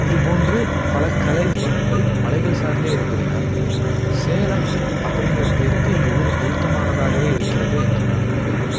இது போன்று பல கலைப் பொருட்கள் மலைகள் சார்ந்தே இருப்பதினால் சேலம் அப்படிங்கிற பெயருக்கு எங்கள் ஊர் பொருத்தமானதாக இருக்கிறது என்று நான் நம்புகிறேன்